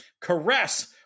Caress